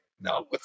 no